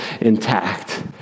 intact